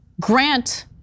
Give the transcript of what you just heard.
grant